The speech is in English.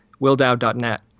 WillDow.net